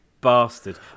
bastard